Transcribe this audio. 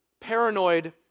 paranoid